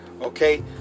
okay